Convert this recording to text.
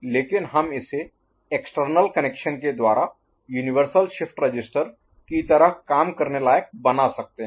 लेकिन हम इसे एक्सटर्नल External बाहरी कनेक्शन के द्वारा यूनिवर्सल शिफ्ट रजिस्टर की तरह काम करने लायक बना सकते हैं